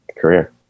career